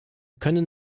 können